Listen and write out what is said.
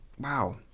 wow